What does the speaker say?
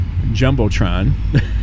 jumbotron